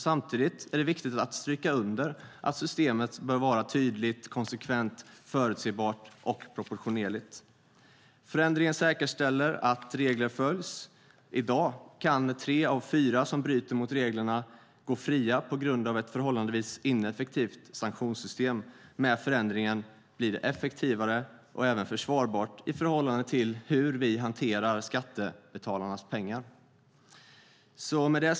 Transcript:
Samtidigt är det viktigt att systemet bör vara tydligt, konsekvent, förutsebart och proportionerligt. Förändringen säkerställer att regler följs. I dag kan tre av fyra som bryter mot reglerna gå fria på grund av ett förhållandevis ineffektivt sanktionssystem. Med förändringen blir det effektivare och även försvarbart i förhållande till hur vi hanterar skattebetalarnas pengar.